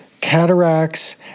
cataracts